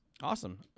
Awesome